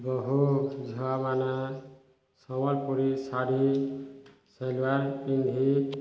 ବହୁ ଝୁଆ ମାନେ ସମ୍ବଲପୁରୀ ଶାଢ଼ୀ ସେଲୱାର ପିନ୍ଧି